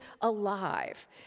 alive